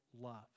love